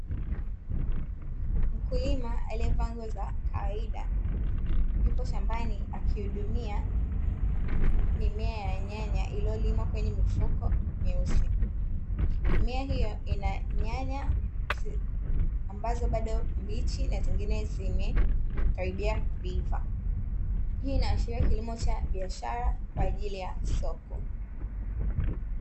Mkulima aliyevaa nguo za kawaida, yupo shambani akihudumia mimea ya nyanya iliyolimwa kwenye mifuko myeusi. Mimea hiyo ina nyanya ambazo bado mbichi na nyingine zimekaribia kuiva. Hii inaashiria kilimo cha biashara kwa ajili ya soko.